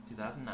2009